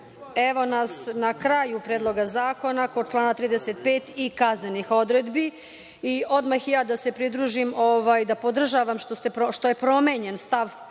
nas na kraju Predloga zakona, kod člana 35. i kaznenih odredbi. Odmah i ja da se pridružim da podržavam što je promenjen stav